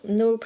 no